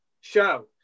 show